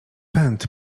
pęd